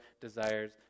desires